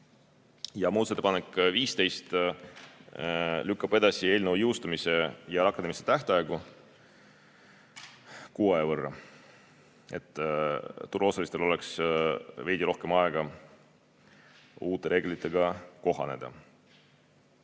Muudatusettepanek nr 15 lükkab edasi eelnõu jõustumise ja rakendamise tähtaega kuu aja võrra, et turuosalistel oleks veidi rohkem aega uute reeglitega kohaneda.